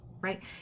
right